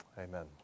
Amen